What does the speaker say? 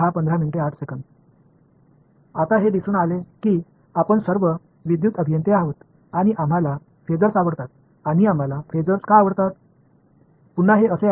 இப்போது அது மாறிவிடும் என்பதால் நாம் அனைவரும் மின் பொறியியலாளர்கள் நாம் பேஸர்களை விரும்புகிறோம் ஏன் நாம் பேஸர்களை விரும்புகிறோம்